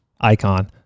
Icon